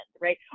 right